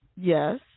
Yes